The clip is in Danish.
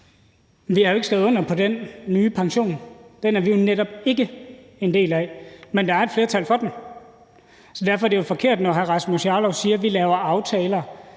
Vi har jo ikke skrevet under på den nye pension. Den er vi netop ikke en del af, men der er et flertal for den, så derfor er det jo forkert, når hr. Rasmus Jarlov siger, at vi laver aftaler,